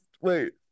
Wait